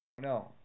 no